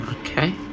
Okay